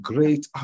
Great